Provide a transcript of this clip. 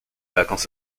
vacances